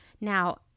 Now